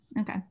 Okay